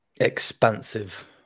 expansive